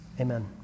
Amen